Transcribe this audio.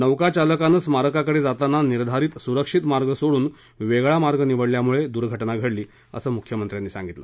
नौकाचालकांनं स्मारकाकडे जाताना निर्धारित सुरक्षित मार्ग सोडून वेगळा मार्ग निवडल्यामुळे दुर्घटना घडली असं मुख्यमंत्र्यांनी सांगितलं